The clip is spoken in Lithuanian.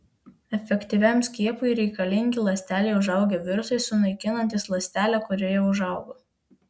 efektyviam skiepui reikalingi ląstelėje užaugę virusai sunaikinantys ląstelę kurioje užaugo